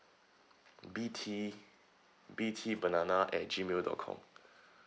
B T B T banana at G mail dot com